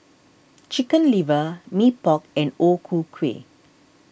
Chicken Liver Mee Pok and O Ku Kueh